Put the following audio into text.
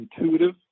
intuitive